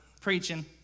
preaching